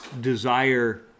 desire